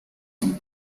son